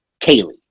Kaylee